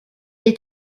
est